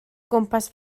gwmpas